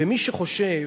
ומי שחושב